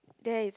there is